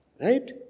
Right